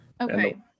Okay